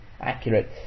accurate